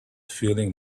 feeling